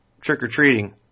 trick-or-treating